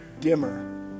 dimmer